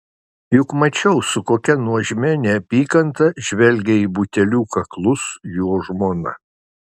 juk mačiau su kokia nuožmia neapykanta žvelgia į butelių kaklus jo žmona